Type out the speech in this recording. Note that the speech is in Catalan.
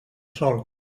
sol